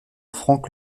franck